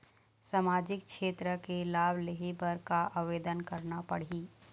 सामाजिक क्षेत्र के लाभ लेहे बर का आवेदन करना पड़ही?